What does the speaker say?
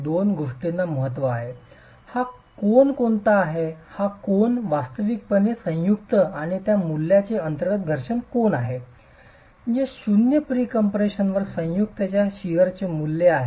दोन गोष्टींना महत्त्व आहे हा कोन कोणता आहे हा कोन वास्तविकपणे संयुक्त आणि या मूल्याचे अंतर्गत घर्षण कोन आहे जे शून्य प्रीकम्प्रेशनवर संयुक्त च्या शिअरचे मूल्य आहे